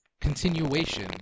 continuation